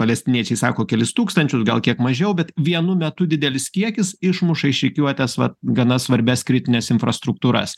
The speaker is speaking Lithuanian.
palestiniečiai sako kelis tūkstančius gal kiek mažiau bet vienu metu didelis kiekis išmuša iš rikiuotės vat gana svarbias kritines infrastruktūras